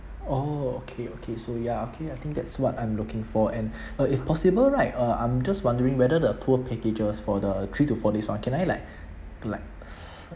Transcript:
oh okay okay so ya okay I think that's what I'm looking for and uh if possible right uh I'm just wondering whether the tour packages for the three to four days one can I like like